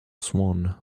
swan